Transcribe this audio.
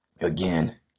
Again